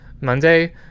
Monday